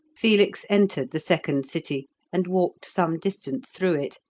felix entered the second city and walked some distance through it,